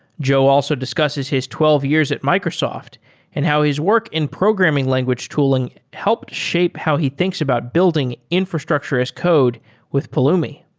joe also discusses his twelve years at microsoft and how his work in programming language tooling helped shape how he thinks about building infrastructure as code with pulumi.